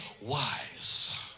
wise